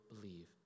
believe